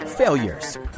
failures